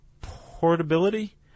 Portability